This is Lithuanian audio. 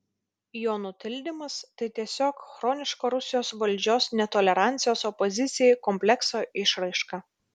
jo nutildymas tai tiesiog chroniško rusijos valdžios netolerancijos opozicijai komplekso išraiška